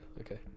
okay